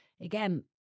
Again